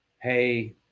hey